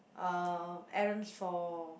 uh errands for